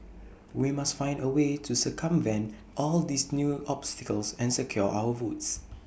we must find A way to circumvent all these new obstacles and secure our votes